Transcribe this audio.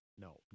No